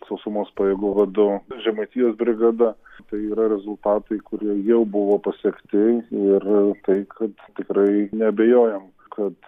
sausumos pajėgų vadu žemaitijos brigada tai yra rezultatai kurie jau buvo pasiekti ir tai kad tikrai neabejojam kad